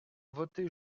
voté